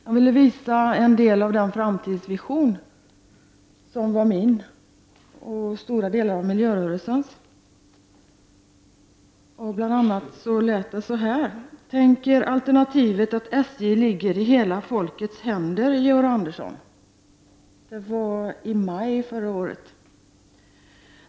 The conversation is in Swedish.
Jag ville visa en del av den framtidsvision som var min och stora delar av miljörörelsens. Bl.a. lät det så här: ”Tänk er alternativet att SJ ligger i hela svenska folkets händer, Georg Andersson!” Detta var i maj förra året.